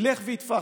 ילך ויתפח,